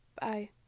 Bye